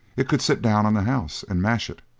it could sit down on the house and mash it,